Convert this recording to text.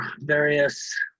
various